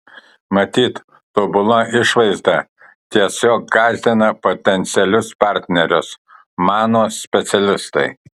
matyt tobula išvaizda tiesiog gąsdina potencialius partnerius mano specialistai